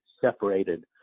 separated